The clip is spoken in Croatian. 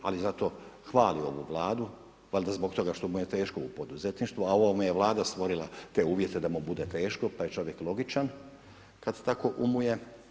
Ali zato hvali ovu Vladu, valjda zbog toga što mu je teško u poduzetništvu, a ova mu je Vlada stvorila te uvjete da mu bude teško pa je čovjek logičan kada tako umuje.